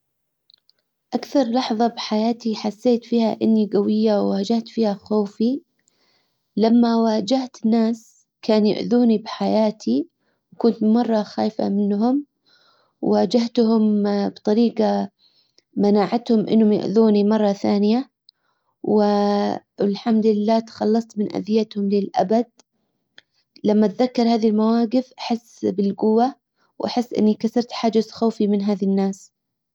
اكثر لحظة بحياتي حسيت فيها اني جوية وواجهت فيها خوفي. لما واجهت ناس كانوا يؤذوني بحياتي وكنت مرة خايفة منهم وواجهتهم بطريقة مناعتهم انهم يؤذوني مرة ثانية والحمد لله تخلصت من اذيتهم للابد. لما اتذكر هذي المواقف احس بالقوة واحس إني كسرت حاجز خوفي من هذي الناس.